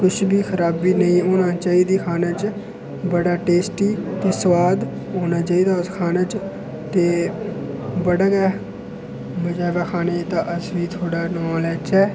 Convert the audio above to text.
किश बी खराबी नेईं होनी चाहिदी खाने च बड़ा टेस्टी ते स्वाद होना चाहिदा उस खाने च ते बड़ा गै मजा आवै खाने च ते अस बी थुआढ़ा नांऽ लैच्चै